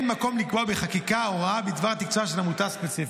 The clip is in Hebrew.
אין מקום לקבוע בחקיקה הוראה בדבר תקצובה של עמותה ספציפית.